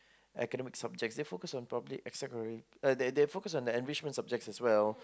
academic subject they focus on probably extra uh they they focus on enrichment program as well